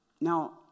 now